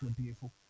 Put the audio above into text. beautiful